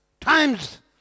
Times